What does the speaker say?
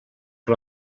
que